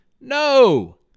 No